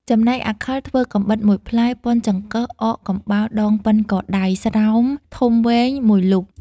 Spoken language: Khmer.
ចំណែកអាខិលធ្វើកាំបិត ១ផ្លែ ប៉ុនចង្កឹះអកកំបោរដងប៉ុនកដៃ ស្រោមធំវែងមួយលូក។